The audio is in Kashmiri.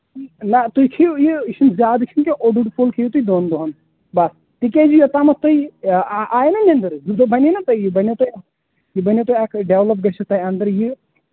نہَ تُہۍ کھیٚیِو یہِ یہِ چھُنہٕ زیادٕ چھُنہٕ کیٚنٛہہ اوٚڈ اوٚڈ پھوٚل کھیٚیِو تُہۍ دۅن دۄہَن بس تِکیٛازِ یوٚتام تُہۍ آیہِ نا نٮ۪نٛدٕر زٕ زٕ بَنے نا تۄہہِ یہِ بنیٛو تۄہہِ یہِ بَنیٛو تۄہہِ اَکھ ڈیولَپ گژھوٕ تۄہہِ اَنٛدر یہِ